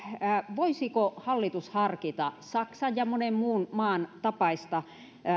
voisiko hallitus harkita saksan ja monen muun maan tapaista